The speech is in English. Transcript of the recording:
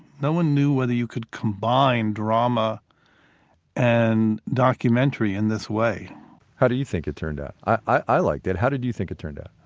no one knew whether you could combine drama and documentary in this way how do you think it turned out? i liked it. how did you think it turned out?